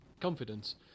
confidence